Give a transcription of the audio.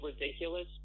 ridiculous